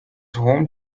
home